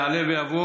יעלה ויבוא